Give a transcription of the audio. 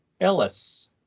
Ellis